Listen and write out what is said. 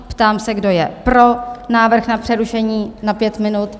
Ptám se, kdo je pro návrh na přerušení na 5 minut?